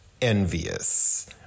Envious